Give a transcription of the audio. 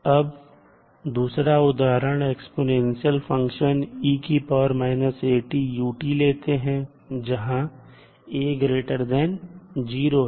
अब दूसरा उदाहरण एक्स्पोनेंशियल फंक्शन लेते हैं जहां a0 है